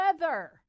weather